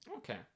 Okay